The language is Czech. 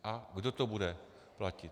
A kdo to bude platit?